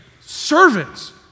servants